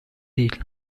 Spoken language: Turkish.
değil